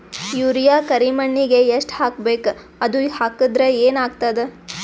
Urea ಕರಿಮಣ್ಣಿಗೆ ಎಷ್ಟ್ ಹಾಕ್ಬೇಕ್, ಅದು ಹಾಕದ್ರ ಏನ್ ಆಗ್ತಾದ?